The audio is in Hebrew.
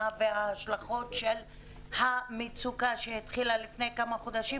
וההשלכות של המצוקה שהתחילה לפני כמה חודשים,